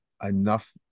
enough